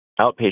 outpatient